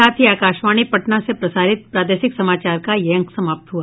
इसके साथ ही आकाशवाणी पटना से प्रसारित प्रादेशिक समाचार का ये अंक समाप्त हुआ